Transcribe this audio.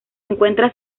encuentra